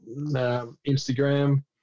Instagram